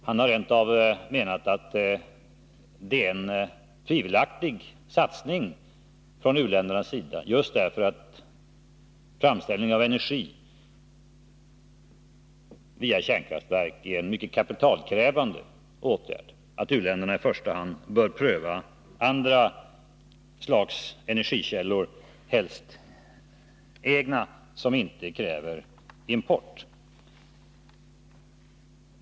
Han har rent av menat att det är en tvivelaktig satsning från u-ländernas sida, just därför att framställning av energi via kärnkraftverk är en mycket kapitalkrävande åtgärd — u-länderna bör i första hand pröva andra slags energikällor, helst egna som inte kräver import.